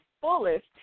fullest